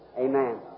Amen